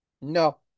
no